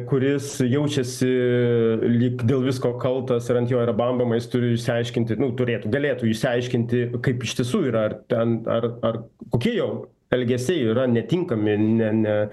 kuris jaučiasi lyg dėl visko kaltas ir ant jo yra bambama jis turi išsiaiškinti nu turėtų galėtų išsiaiškinti kaip iš tiesų yra ar ten ar ar kokie jo elgesiai yra netinkami ne ne